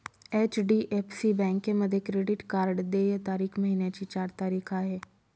HDFC बँकेमध्ये credit card देय तारीख महिन्याची चार तारीख आहे